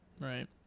right